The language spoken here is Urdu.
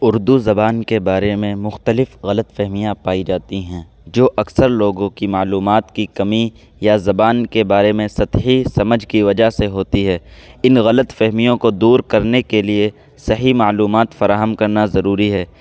اردو زبان کے بارے میں مختلف غلط فہمیاں پائی جاتی ہیں جو اکثر لوگوں کی معلومات کی کمی یا زبان کے بارے میں سطحی سمجھ کی وجہ سے ہوتی ہے ان غلط فہمیوں کو دور کرنے کے لیے صحیح معلومات فراہم کرنا ضروری ہے